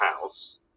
house